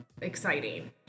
exciting